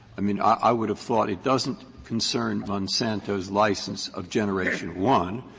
i mean, i would have thought it doesn't concern monsanto's license of generation one,